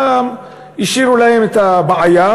השאירו להם את הבעיה,